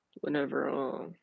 whenever